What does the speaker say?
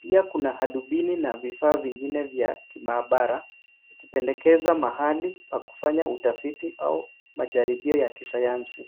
Pia kuna hadubini na vifaa vingine vya maabara, ikipendekeza mahali pa kufanya utafiti au majaribio ya kisayansi.